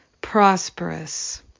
prosperous